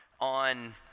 on